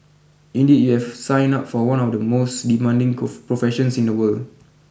indeed you have signed up for one of the most demanding professions in the world